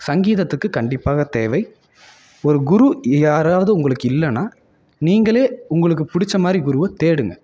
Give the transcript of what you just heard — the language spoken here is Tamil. சங்கீதத்துக்கு கண்டிப்பாக தேவை ஒரு குரு யாராவது உங்களுக்கு இல்லைன்னா நீங்களே உங்களுக்கு பிடிச்சமாரி குருவை தேடுங்கள்